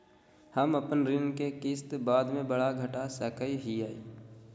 हम अपन ऋण के किस्त बाद में बढ़ा घटा सकई हियइ?